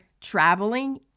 traveling